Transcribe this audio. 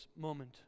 moment